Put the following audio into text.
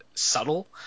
subtle